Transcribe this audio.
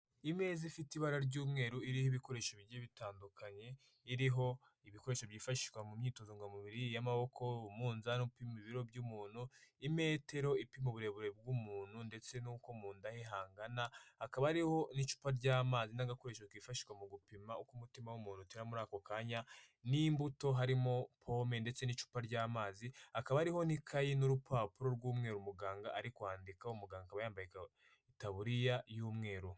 Imeza ifite ibara ry'umweru iriho ibikoresho bigiye bitandukanye, iriho ibikoresho byifashishwa mu myitozo ngororamubiri, iy'amaboko, umunzani upima ibiro by'umuntu, imetero ipima uburebure bw'umuntu ndetse n'uko mu nda he hangana, hakaba hariho n'icupa ry'amazi n'agakoresho kifashishwa mu gupima uko umutima w'umuntu utera muri ako kanya, n'imbuto harimo pome ndetse n'icupa ry'amazi, hakaba hariho n'ikayi n'urupapuro rw'umweru muganga ari kwandikaho, umuganga akaba yambaye itaburiya y'umweru.